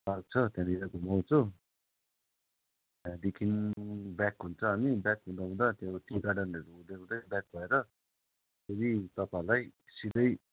park छ त्यहाँनेर घुमाउँछु त्यहाँदेखि ब्याक हुन्छौँ हामी ब्याक हुँदा हुँदा त्यो टी गार्डनहरू हुँदै हुँदैँ ब्याक भएर फेरि तपाईँहरूलाई सिधै